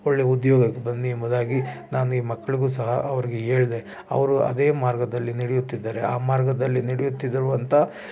ಒಳ್ಳೆ ಉದ್ಯೋಗಕ್ಕೆ ಬನ್ನಿ ಎಂಬುದಾಗಿ ನಾನು ಈ ಮಕ್ಳಿಗೂ ಸಹ ಅವರಿಗೆ ಹೇಳ್ದೆ ಅವರು ಅದೇ ಮಾರ್ಗದಲ್ಲಿ ನಡೆಯುತ್ತಿದ್ದಾರೆ ಆ ಮಾರ್ಗದಲ್ಲಿ ನಡೆಯುತ್ತಿದ್ದರು ಅಂತ